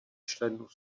členů